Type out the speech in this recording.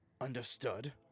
Understood